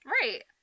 Right